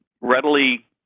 readily